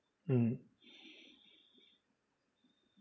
mm